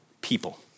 people